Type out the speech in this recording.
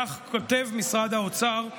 כך כותב משרד האוצר,